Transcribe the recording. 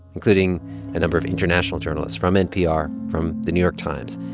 including a number of international journalists from npr, from the new york times.